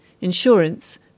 insurance